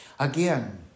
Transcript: Again